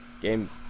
Game